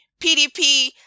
PDP